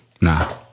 Nah